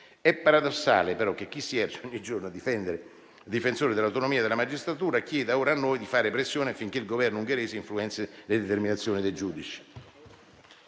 È paradossale però che chi si erge ogni giorno a difensore dell'autonomia della magistratura chieda ora a noi di fare pressione affinché il Governo ungherese influenzi le determinazioni dei giudici.